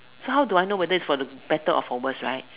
so how do I know that whether it is for the better or for worst right